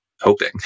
hoping